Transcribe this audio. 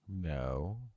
No